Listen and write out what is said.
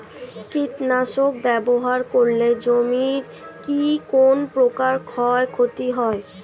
কীটনাশক ব্যাবহার করলে জমির কী কোন প্রকার ক্ষয় ক্ষতি হয়?